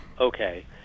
Okay